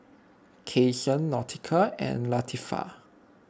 Cason Nautica and Latifah